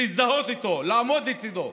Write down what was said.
להזדהות איתו, לעמוד לצידו,